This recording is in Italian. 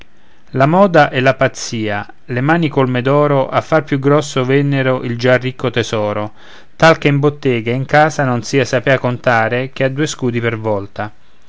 la moda e la pazzia le mani colme d'oro a far più grosso vennero il già ricco tesoro tal che in bottega e in casa non si sapea contare che a due scudi per volta